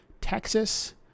Texas